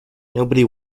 nobody